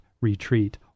retreat